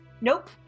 Nope